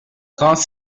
trente